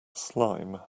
slime